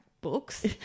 books